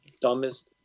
dumbest